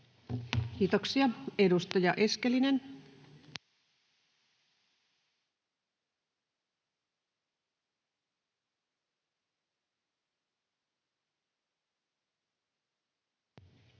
Kiitoksia. — Edustaja Eskelinen. [Speech